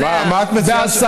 אתה יודע.